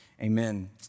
Amen